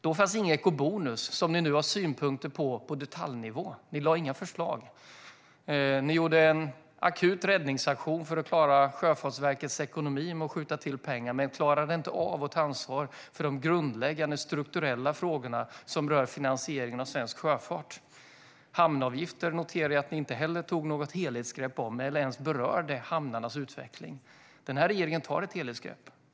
Då fanns ingen eco-bonus som ni nu har synpunkter på på detaljnivå. Ni lade inga förslag. Ni gjorde en akut räddningsaktion för att klara Sjöfartsverkets ekonomi med att skjuta till pengar men klarade inte av att ta ansvar för de grundläggande strukturella frågorna som rör finansieringen av svensk sjöfart. Hamnavgifter noterar jag att ni inte heller tog något helhetsgrepp om, och ni berörde inte ens hamnarnas utveckling. Den här regeringen tar ett helhetsgrepp.